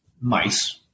mice